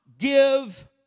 Give